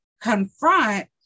confront